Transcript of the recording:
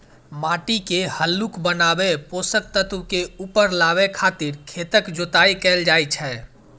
माटि के हल्लुक बनाबै, पोषक तत्व के ऊपर लाबै खातिर खेतक जोताइ कैल जाइ छै